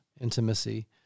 intimacy